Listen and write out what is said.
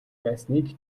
байсныг